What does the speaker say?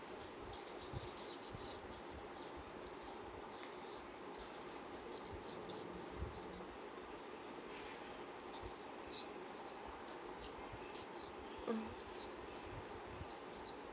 mmhmm